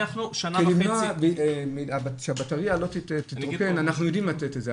כדי למנוע שהבטרייה לא תתרוקן אנחנו יודעים לתת את זה,